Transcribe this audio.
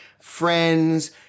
friends